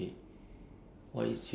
and then I eat like